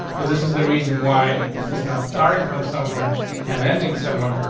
so this is the reason why this is not starting from somewhere and ending somewhere.